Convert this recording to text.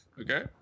okay